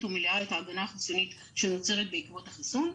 ומלאה את ההגנה החיסונית שנוצרת בעקבות החיסון.